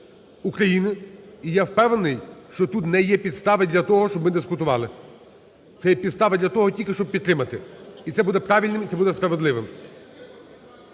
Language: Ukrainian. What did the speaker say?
України, і, я впевнений, що тут не є підстави для того, щоб ми дискутували. Це є підстави для того тільки, щоб підтримати. І це буде правильним, і це буде справедливим.